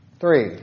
Three